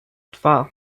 dwa